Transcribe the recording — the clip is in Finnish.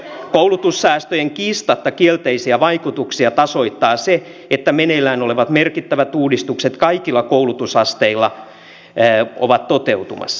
koulutussäästöjen kiistatta kielteisiä vaikutuksia tasoittaa se että meneillään olevat merkittävät reformit kaikilla koulutusasteilla ovat toteutumassa